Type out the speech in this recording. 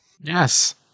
Yes